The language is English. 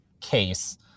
case